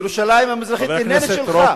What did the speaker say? ירושלים המזרחית איננה שלך,